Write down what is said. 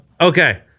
Okay